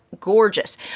gorgeous